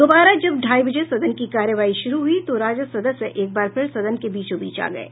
दोबारा जब ढ़ाई बजे सदन की कार्यवाही शुरू हुई तो राजद सदस्य एकबार फिर सदन के बीचो बीच आ गये